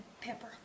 pepper